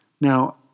Now